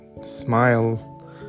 smile